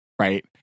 Right